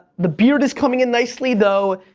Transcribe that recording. the beard is coming in nicely though.